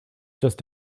just